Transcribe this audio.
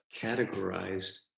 categorized